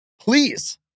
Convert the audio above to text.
please